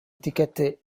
etichette